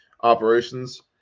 operations